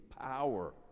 power